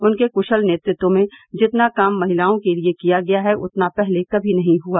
उनके क्शल नेतृत्व में जितना काम महिलाओं के लिए किया गया है उतना पहले कभी नहीं हुआ